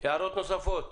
הערות נוספות.